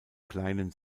kleinen